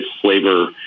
flavor